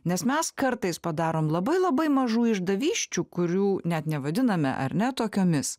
nes mes kartais padarom labai labai mažų išdavysčių kurių net nevadiname ar ne tokiomis